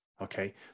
Okay